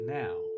now